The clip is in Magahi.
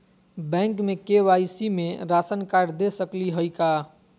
बैंक में के.वाई.सी में राशन कार्ड दे सकली हई का?